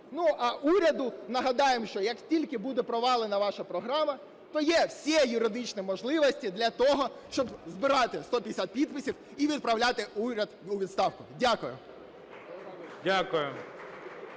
Ну, а уряду нагадаємо, що як тільки буде провалена ваша програма, то є всі юридичні можливості для того, щоб збирати 150 підписів і відправляти уряд у відставку. Дякую.